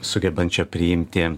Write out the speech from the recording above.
sugebančio priimti